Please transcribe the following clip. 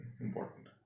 important